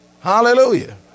Hallelujah